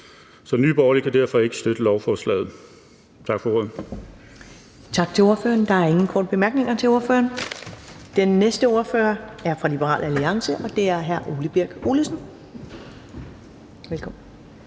Nye Borgerlige kan derfor ikke støtte lovforslaget. Tak for ordet.